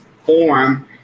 Form